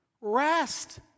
Rest